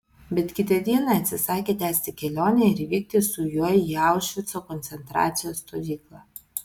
bet kitą dieną ji atsisakė tęsti kelionę ir vykti su juo į aušvico koncentracijos stovyklą